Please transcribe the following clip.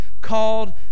called